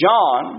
John